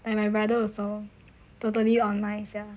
and I brother also totally online sia